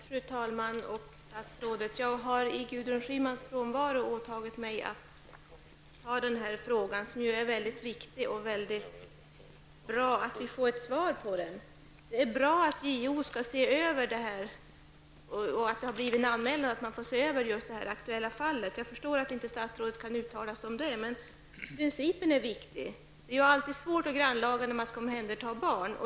Fru talman! Jag har i Gudrun Schymans frånvaro åtagit mig att ta emot svaret på denna väldigt viktiga fråga. Det är bra att vi får svar på frågan. Det är också bra att ärendet har anmälts till JO, som nu kan se över det aktuella fallet. Jag förstår att statsrådet inte kan uttala sig om det här fallet, men principen är viktig. Det är alltid svårt och grannlaga när man skall omhänderta barn.